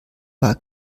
war